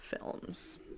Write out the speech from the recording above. films